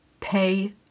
Pay